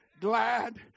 glad